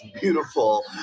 beautiful